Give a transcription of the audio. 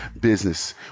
business